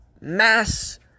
mass